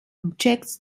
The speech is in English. objects